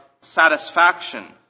satisfaction